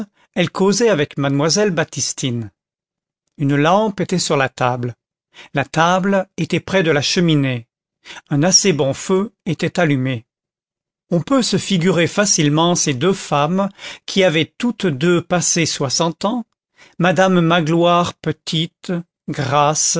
elle causait avec mademoiselle baptistine une lampe était sur la table la table était près de la cheminée un assez bon feu était allumé on peut se figurer facilement ces deux femmes qui avaient toutes deux passé soixante ans madame magloire petite grasse